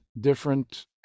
different